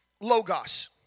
logos